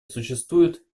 существует